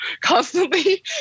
constantly